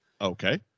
Okay